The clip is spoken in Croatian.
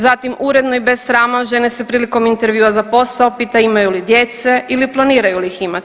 Zatim uredno i bez srama žene se prilikom intervjua za posao pita imaju li djece ili planiraju li ih imati.